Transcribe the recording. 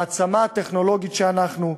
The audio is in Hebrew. במעצמה הטכנולוגית שאנחנו,